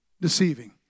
deceiving